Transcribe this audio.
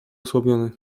osłabiony